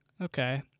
Okay